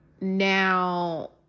now